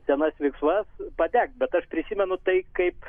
senas viksvas padegt bet aš prisimenu tai kaip